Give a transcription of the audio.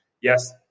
Yes